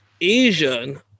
Asian